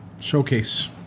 Showcase